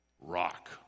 rock